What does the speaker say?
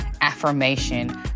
affirmation